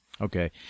Okay